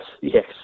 yes